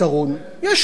יש לנו אופציה.